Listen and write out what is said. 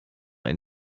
ein